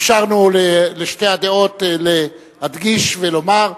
אפשרנו לשתי הדעות להדגיש ולומר.